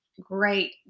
great